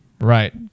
right